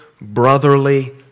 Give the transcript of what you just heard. brotherly